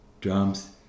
drums